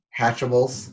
hatchables